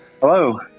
Hello